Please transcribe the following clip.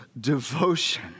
devotion